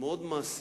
מאוד מעשית,